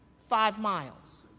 five miles.